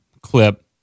clip